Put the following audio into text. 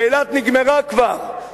כשאילת נגמרה כבר,